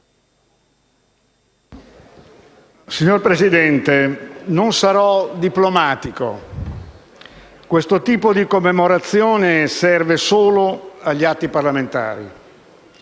Signor Presidente, non sarò diplomatico. Questo tipo di commemorazione serve solo agli atti parlamentari.